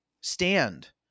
stand